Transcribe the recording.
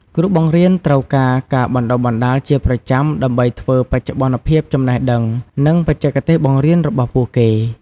គ្រូបង្រៀនត្រូវការការបណ្តុះបណ្តាលជាប្រចាំដើម្បីធ្វើបច្ចុប្បន្នភាពចំណេះដឹង និងបច្ចេកទេសបង្រៀនរបស់ពួកគេ។